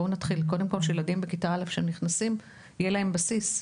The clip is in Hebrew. בואו נתחיל בילדים שנכנסים לכיתה א',